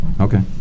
Okay